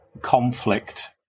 conflict